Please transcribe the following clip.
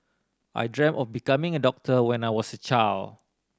I dreamt of becoming a doctor when I was a child